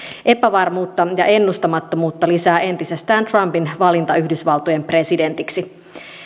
epävarmuutta ja ennustamattomuutta lisää entisestään trumpin valinta yhdysvaltojen presidentiksi